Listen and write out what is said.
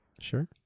sure